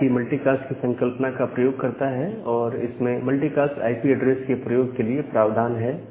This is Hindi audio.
आईपी भी मल्टीकास्ट की संकल्पना का प्रयोग करता है और इसमें मल्टीकास्ट आईपी ऐड्रेस के प्रयोग के लिए प्रावधान है